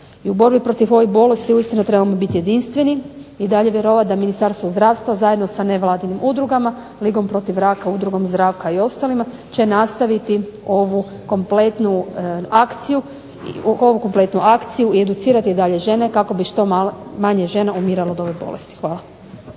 I u borbi protiv ovih bolesti uistinu trebamo biti jedinstveni i dalje vjerovat da Ministarstvo zdravstva zajedno sa nevladinim udrugama, Ligom protiv raka, Udrugom za rak i ostalima će nastaviti ovu kompletnu akciju i educirati dalje žene kako bi što manje žena umiralo od ove bolesti. Hvala.